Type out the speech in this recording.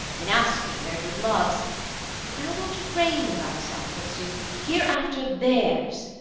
in asking their good loves but thou wilt frame thyself, forsooth, hereafter theirs,